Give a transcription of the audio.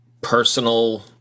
personal